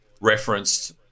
referenced